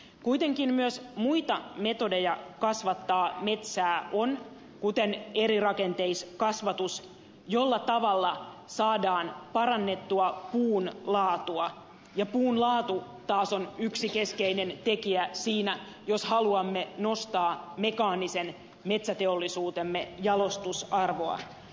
kuitenkin myös muita metodeja kasvattaa metsää on kuten erirakenteiskasvatus jolla tavalla saadaan parannettua puun laatua ja puun laatu taas on yksi keskeinen tekijä siinä jos haluamme nostaa mekaanisen metsäteollisuutemme jalostusarvoa